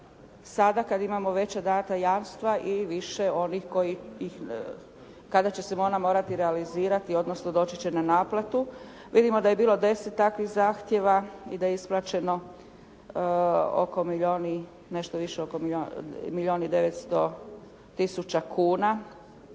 dakle kada imamo veća dana jamstva i više onih kojih kada će se ona morati realizirati, odnosno doći će na naplatu. Vidimo da je bilo 10 takvih zahtjeva i da je isplaćeno oko milijun, nešto više oko milijun i 900 tisuća kuna,